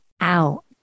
out